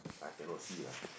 I cannot see lah